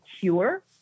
cure